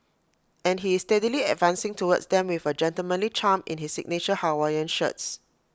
and he is steadily advancing towards them with gentlemanly charm in his signature Hawaiian shirts